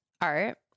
art